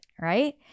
Right